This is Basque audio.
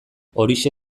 horixe